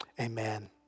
amen